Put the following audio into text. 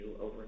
over